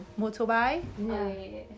motorbike